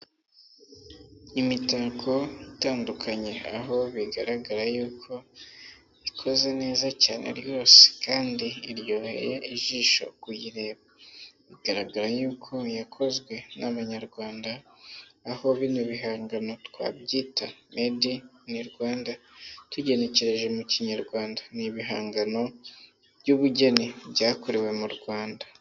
Imitako itandukanye, aho bigaragara yuko ikoze neza cyane ryose kandi iryoheye ijisho kuyireba. Bigaragara yuko yakozwe n'abanyarwanda, aho bino bihangano twabyita made in Rwanda. Tugenekereje mu kinyarwanda ni ibihangano by'ubugeni byakorewe mu Rwanda.